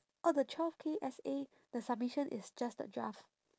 oh the twelve K essay the submission is just the draft